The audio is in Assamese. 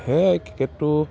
সেয়াই ক্ৰিকেটটো